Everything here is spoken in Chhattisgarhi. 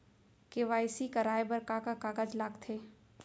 के.वाई.सी कराये बर का का कागज लागथे?